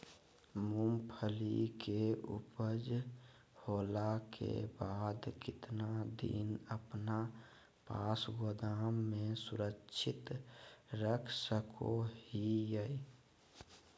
मूंगफली के ऊपज होला के बाद कितना दिन अपना पास गोदाम में सुरक्षित रख सको हीयय?